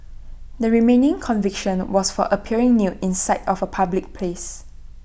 the remaining conviction was for appearing nude in sight of A public place